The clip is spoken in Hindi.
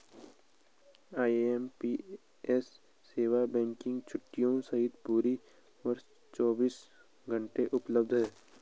आई.एम.पी.एस सेवा बैंक की छुट्टियों सहित पूरे वर्ष चौबीस घंटे उपलब्ध है